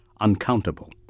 uncountable